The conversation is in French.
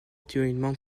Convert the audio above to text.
actuellement